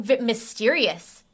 Mysterious